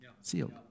Sealed